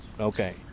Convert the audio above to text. Okay